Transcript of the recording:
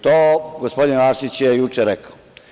To je gospodin Arsić juče rekao.